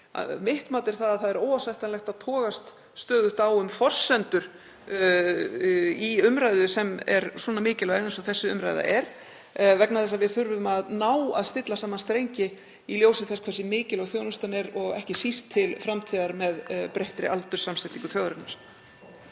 mitt mat er að það er óásættanlegt að togast stöðugt á um forsendur í umræðu sem er svona mikilvæg eins og þessi umræða er. Við þurfum að ná að stilla saman strengi í ljósi þess hversu mikilvæg þjónustan er og ekki síst til framtíðar með breyttri aldurssamsetningu þjóðarinnar.